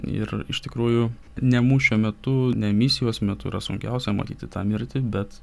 ir iš tikrųjų ne mūšio metu ne misijos metu yra sunkiausia matyti tą mirtį bet